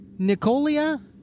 Nicolia